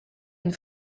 une